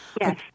Yes